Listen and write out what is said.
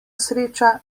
sreča